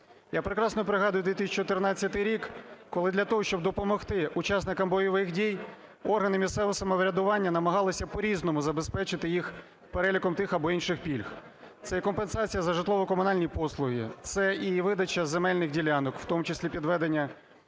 Я прекрасно пригадую 2014 рік, коли для того, щоб допомогти учасникам бойових дій, органи місцевого самоврядування намагалися по-різному забезпечити їх переліком тих або інших пільг. Це і компенсація за житлово-комунальні послуги, це і видача земельних ділянок, в тому числі під ведення